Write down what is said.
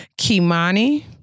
Kimani